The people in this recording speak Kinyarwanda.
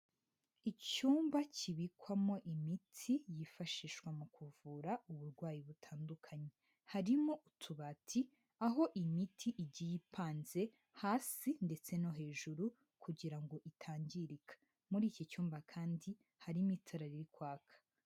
Icyumba kibikwamo imiti yifashishwa mu kuvura uburwayi butandukanye. Harimo utubati, aho imiti igiye ipanze hasi ndetse no hejuru, kugira ngo itangirika. Muri iki cyumba kandi, harimo itara riri kwaka.